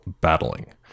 battling